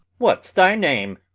what's thy name?